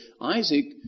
Isaac